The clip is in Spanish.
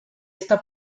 esta